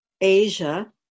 Asia